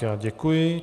Já děkuji.